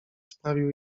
sprawił